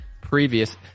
previous